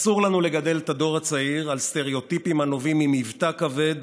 אסור לנו לגדל את הדור הצעיר על סטריאוטיפים הנובעים ממבטא כבד,